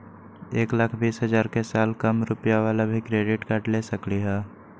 एक लाख बीस हजार के साल कम रुपयावाला भी क्रेडिट कार्ड ले सकली ह?